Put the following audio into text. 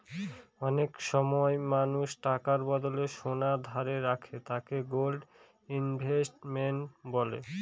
অনেক সময় মানুষ টাকার বদলে সোনা ধারে রাখে যাকে গোল্ড ইনভেস্টমেন্ট বলে